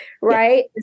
right